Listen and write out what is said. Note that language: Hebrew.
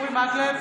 אורי מקלב,